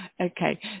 Okay